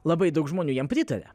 labai daug žmonių jam pritarė